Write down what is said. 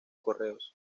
correos